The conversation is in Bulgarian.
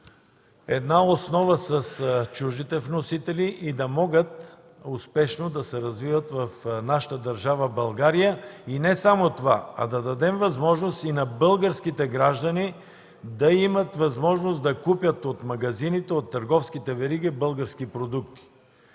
една основа с чуждите вносители и да могат успешно да се развиват в нашата държава България. И не само това, а да дадем възможност българските граждани да могат да купят от магазините, от търговските вериги български продукти.